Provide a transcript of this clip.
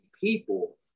people